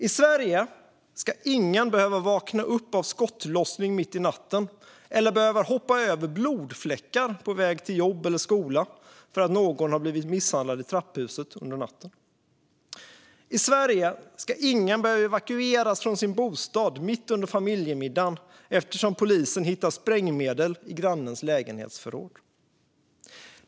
I Sverige ska ingen behöva vakna upp av skottlossning mitt i natten eller hoppa över blodfläckar på väg till jobb eller skola när någon under natten blivit misshandlad i trapphuset under natten. I Sverige ska ingen behöva evakueras från sin bostad mitt under familjemiddagen eftersom polisen hittat sprängmedel i grannens lägenhetsförråd.